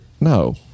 no